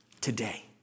today